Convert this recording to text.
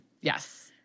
Yes